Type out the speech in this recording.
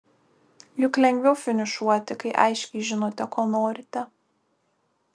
juk lengviau finišuoti kai aiškiai žinote ko norite